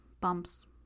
bumps